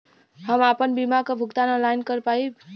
हम आपन बीमा क भुगतान ऑनलाइन कर पाईब?